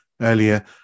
earlier